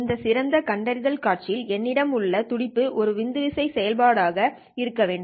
இந்த சிறந்த கண்டறிதல் காட்சியில் என்னிடம் உள்ள துடிப்பு ஒரு உந்துவிசை செயல்பாடு ஆக இருக்க வேண்டும்